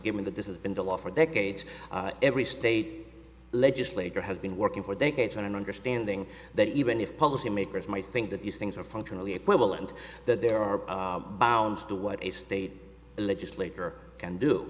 given that this has been the law for decades every state legislator has been working for decades on an understanding that even if policymakers might think that these things are functionally equivalent that there are bounds to what a state legislator can do